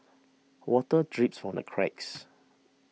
water drips from the cracks